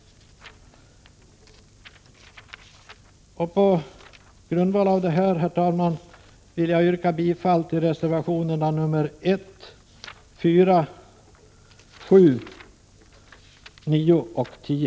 På grundval av detta, herr talman, vill jag yrka bifall till reservationerna nr 1, 4, 7, 9 och 10.